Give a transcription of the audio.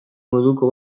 moduko